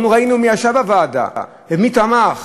אנחנו ראינו מי ישב בוועדה ומי תמך.